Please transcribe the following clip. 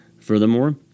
Furthermore